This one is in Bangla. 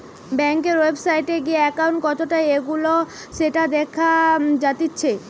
বেংকের ওয়েবসাইটে গিয়ে একাউন্ট কতটা এগোলো সেটা দেখা জাতিচ্চে